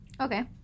okay